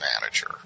Manager